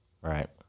Right